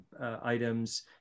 items